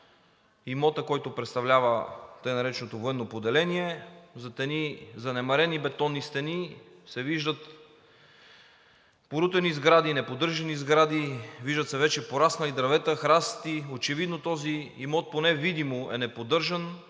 имота, който представлява така нареченото военно поделение. Зад едни занемарени бетонни стени се виждат порутени сгради, неподдържани сгради, виждат се вече пораснали дървета и храсти. Очевидно този имот, поне видимо, е неподдържан